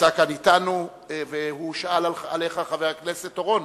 הנמצא כאן אתנו, הוא שאל עליך, חבר הכנסת אורון,